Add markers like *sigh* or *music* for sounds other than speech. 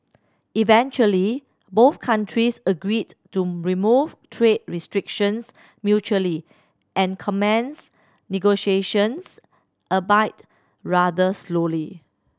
eventually both countries agreed to remove trade restrictions mutually and commence negotiations *unintelligible* rather slowly